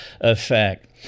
effect